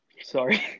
Sorry